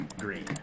green